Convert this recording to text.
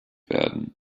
werden